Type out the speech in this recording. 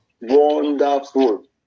wonderful